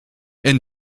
and